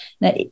Now